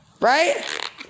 right